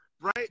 right